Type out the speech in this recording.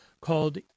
called